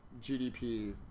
gdp